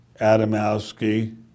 Adamowski